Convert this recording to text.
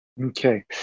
Okay